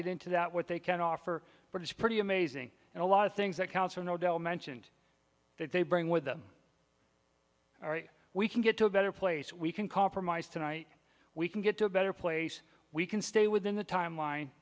get into that what they can offer but it's pretty amazing and a lot of things that count so no del mentioned that they bring with them all right we can get to a better place we can compromise tonight we can get to a better place we can stay within the timeline